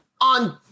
on